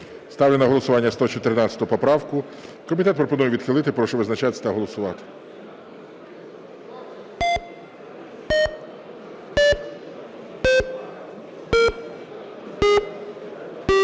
Ставлю на голосування 114 поправку. Комітет пропонує відхилити. Прошу визначатись та голосувати.